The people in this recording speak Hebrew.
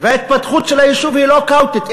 וההתפתחות של היישוב היא לא כאוטית,